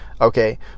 Okay